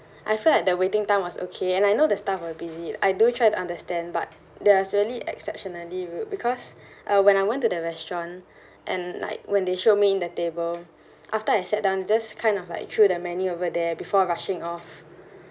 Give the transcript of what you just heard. I feel like the waiting time was okay and I know the staff were busy I do try to understand but they was really exceptionally rude because uh when I went to the restaurant and like when they showed me the table after I sat down just kind of like threw the menu over there before rushing off